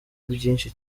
byinshi